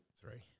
Three